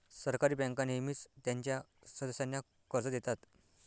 सहकारी बँका नेहमीच त्यांच्या सदस्यांना कर्ज देतात